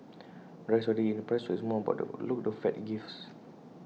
the rise is already in the price so it's more about the outlook the fed gives